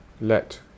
let